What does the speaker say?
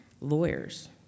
lawyers